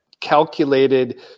calculated